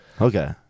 Okay